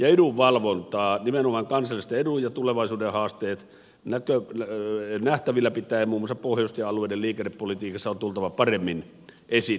edunvalvontaa nimenomaan kansalaisten edun ja tulevaisuuden haasteita silmällä pitäen muun muassa pohjoisten alueiden liikennepolitiikassa on tultava paremmin esille